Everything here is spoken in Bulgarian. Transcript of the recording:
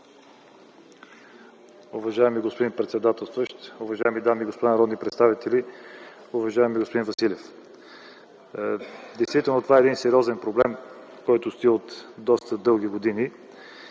Уважаеми господин председател, уважаеми дами и господа народни представители! Уважаеми господин Василев, действително това е един сериозен проблем, който стои от доста дълги години.